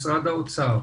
משרד האוצר,